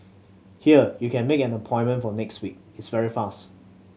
here you can make an appointment for next week it's very fast